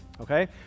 okay